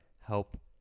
help